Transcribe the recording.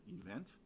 event